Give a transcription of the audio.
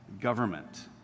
government